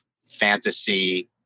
fantasy